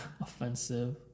offensive